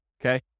okay